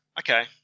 okay